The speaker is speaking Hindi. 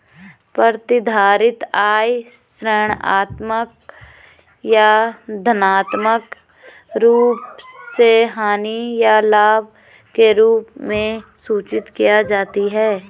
प्रतिधारित आय ऋणात्मक या धनात्मक रूप से हानि या लाभ के रूप में सूचित की जाती है